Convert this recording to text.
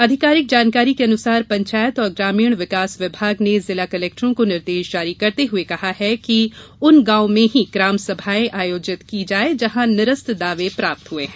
आधिकारिक जानकारी के अनुसार पंचायत और ग्रामीण विकास विभाग ने जिला कलेक्टरों को निर्देश जारी करते हुए कहा है कि उन गाँव में ही ग्राम सभाएं आयोजित की जाए जहां निरस्त दावे प्राप्त हुए हैं